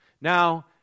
Now